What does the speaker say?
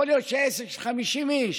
יכול להיות שעסק של 50 איש,